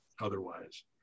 otherwise